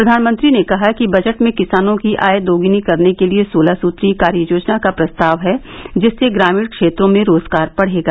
प्रधानमंत्री ने कहा कि बजट में किसानों की आय दोगुनी करने के लिए सोलह सूत्रीय कार्ययोजना का प्रस्ताव है जिससे ग्रामीण क्षेत्रों में रोजगार बढ़ेगा